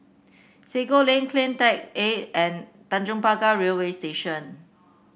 Sago Lane CleanTech A and Tanjong Pagar Railway Station